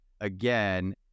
again